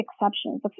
exceptions